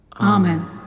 Amen